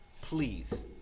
Please